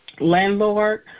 landlord